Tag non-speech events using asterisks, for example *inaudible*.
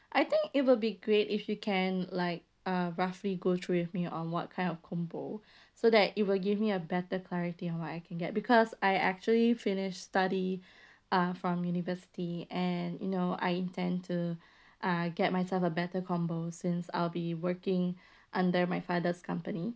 I think it will be great if you can like uh roughly go through with me on what kind of combo *breath* so that it will give me a better quality on what I can get because I actually finished study *breath* uh from university and you know I intend to uh get myself a better combo since I'll be working *breath* under my father's company